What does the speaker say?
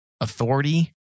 authority